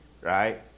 Right